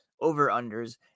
over-unders